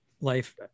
life